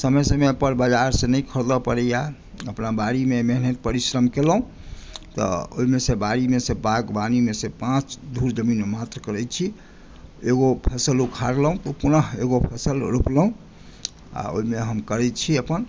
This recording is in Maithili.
समय समयपर बाजारसँ नहि खरीदय पड़ैए अपना बाड़ीमे मेहनत परिश्रम केलहुँ तऽ ओहिमेसँ बाड़ीमेसँ बागवानीमेसँ पाँच धूर जमीन मात्र करैत छी एगो फसल उखाड़लहुँ तऽ पुनः एगो फसल रोपलहुँ आ ओहिमे हम करैत छी अपन